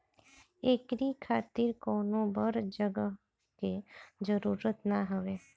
एकरी खातिर कवनो बड़ जगही के जरुरत ना हवे